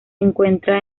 encuentra